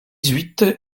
huit